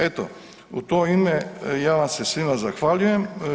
Eto, u to ime ja vam se svima zahvaljujem.